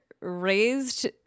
raised